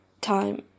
time